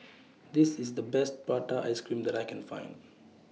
This IS The Best Prata Ice Cream that I Can Find